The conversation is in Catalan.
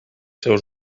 seus